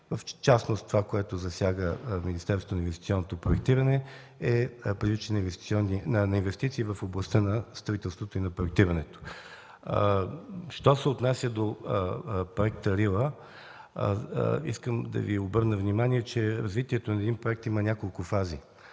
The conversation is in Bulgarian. В частност, това, което засяга Министерството на инвестиционното проектиране, е привличането на инвестиции в областта на строителството и проектирането. Що се отнася до проекта „Рила”, искам да Ви обърна внимание, че развитието на един проект има няколко фази.